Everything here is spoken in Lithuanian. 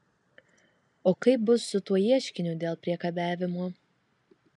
o kaip bus su tuo ieškiniu dėl priekabiavimo